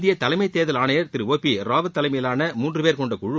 இந்திய தலைமைத்தேர்தல் ஆணையர் திரு ஓ பி ராவத் தலைமையிலான மூன்று பேர் கொண்ட குழு